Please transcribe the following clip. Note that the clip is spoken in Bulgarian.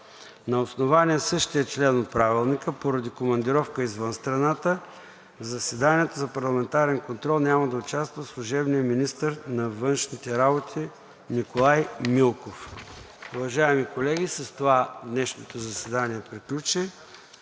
На основание чл. 93, ал. 3 от Правилника поради командировка извън страната в заседанието за парламентарен контрол няма да участва служебният министър на външните работи Николай Милков. Уважаеми колеги, с това днешното заседание приключи.